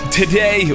today